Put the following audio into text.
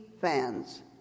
fans